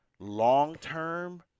Long-term